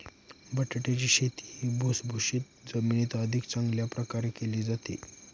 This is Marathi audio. बटाट्याची शेती ही भुसभुशीत जमिनीत अधिक चांगल्या प्रकारे केली जाते